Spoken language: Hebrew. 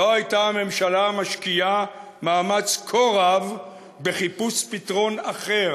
לא הייתה הממשלה משקיעה מאמץ כה רב בחיפוש פתרון אחר.